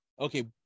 okay